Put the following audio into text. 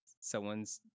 someone's